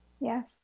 Yes